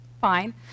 fine